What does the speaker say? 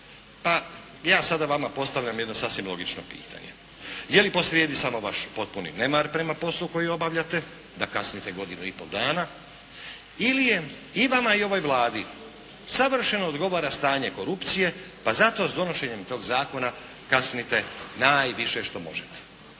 Pa ja sada vama postavljam jedno sasvim logično pitanje. Je li posrijedi samo vaš potpuni nemar prema poslu koji obavljate da kasnite godinu i pol dana, ili i vama i ovoj Vladi savršeno odgovara stanje korupcije pa zato s donošenjem tog zakona kasnite najviše što možete?